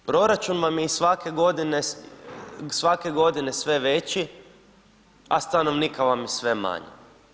Proračun vam je i svake godine, svake godine sve veći, a stanovnika vam je sve manje.